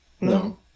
No